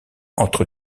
entre